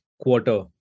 quarter